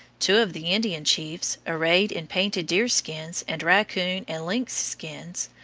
two of the indian chiefs, arrayed in painted deer skins and raccoon and lynx skins,